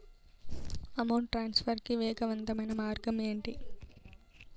amount transfer కి వేగవంతమైన మార్గం ఏంటి